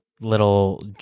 little